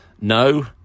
No